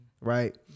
right